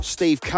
Steve